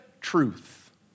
truth